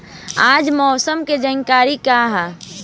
आज मौसम के जानकारी का ह?